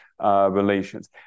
relations